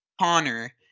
Connor